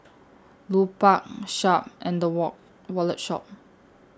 Lupark Sharp and The wall Wallet Shop